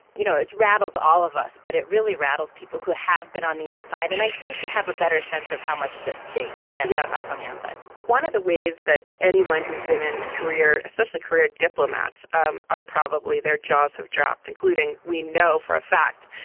you know it rattles all of us but it really rattles people who have been on the inside and and i think have a better sense of how much is at stake than yeah this on the outside one of the ways that anyone who's been in a career especially career diplomats um are probably their jaws have dropped including we know for a fact.